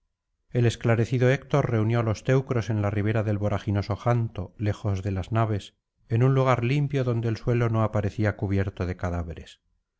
el esclarecido héctor reunió á los teneros en la ribera del voraginoso janto lejos de las naves en un lugar limpio donde el suelo no aparecía cubierto de cadáveres